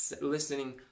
listening